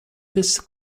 this